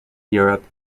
europe